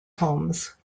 homes